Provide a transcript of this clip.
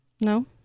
No